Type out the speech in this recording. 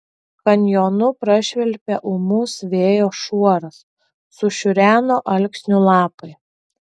kanjonu prašvilpė ūmus vėjo šuoras sušiureno alksnių lapai